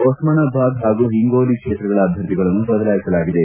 ಒಸ್ನಾನಬಾದ್ ಮತ್ತು ಹಿಂಗೋಲಿ ಕ್ಷೇತ್ರಗಳ ಅಭ್ಯರ್ಥಿಗಳನ್ನು ಬದಲಾಯಿಸಲಾಗಿದೆ